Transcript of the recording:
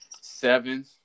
seven